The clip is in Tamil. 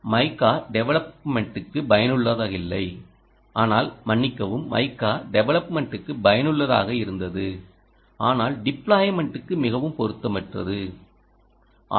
மைக்கா டெவலப்மென்டுக்கு பயனுள்ளதாக இல்லை ஆனால் மன்னிக்கவும் மைக்கா டெவலப்மென்டுக்கு பயனுள்ளதாக இருந்தது ஆனால் டிப்ளாய்மென்டுக்கு மிகவும் பொருத்தமற்றது ஆனால்